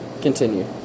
Continue